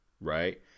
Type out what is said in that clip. right